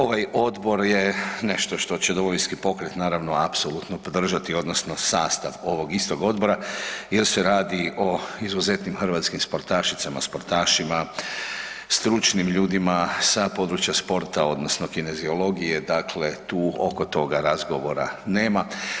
Ovaj odbor je nešto što će Domovinski pokret, naravno apsolutno podržati, odnosno sastav ovog istog odbora jer se radi o izuzetnim hrvatskim sportašicama, sportašima, stručnim ljudima sa područja sporta odnosno kineziologije, dakle tu oko toga razgovora nema.